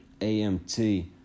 AMT